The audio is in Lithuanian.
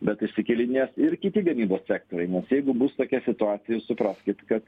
bet išsikėlinės ir kiti gamybos sektoriai nes jeigu bus tokia situacija jūs supraskit kad